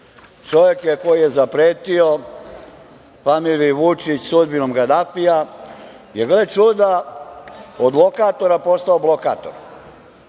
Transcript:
Čovek koji je zapretio familiji Vučić sudbinom Gadafija je, gle čuda, od lokatora postao blokator.